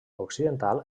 occidental